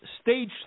stage